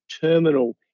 terminal